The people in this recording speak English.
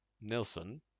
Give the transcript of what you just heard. Nilsson